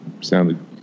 sounded